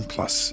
Plus